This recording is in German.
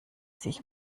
sich